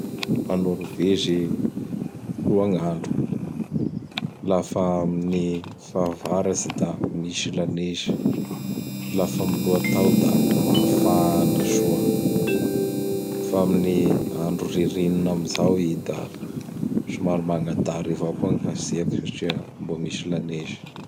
A Norvezy soa gn'andro, lafa amin'ny fahavaratsy da misy lanezy; Lafa ami lohatao da mafana soa. Fa amin'ny andro ririnina am zao i da somary magnadary avao koa gn hatsiaky satria mbô misy lanezy.